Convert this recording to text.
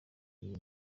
iyi